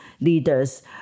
leaders